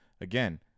Again